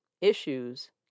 Issues